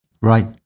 Right